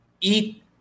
eat